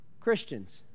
Christians